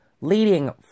Leading